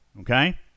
okay